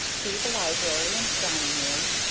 through the library and dining-room,